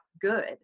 good